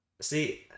See